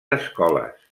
escoles